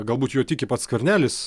galbūt juo tiki pats skvernelis